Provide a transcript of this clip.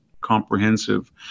comprehensive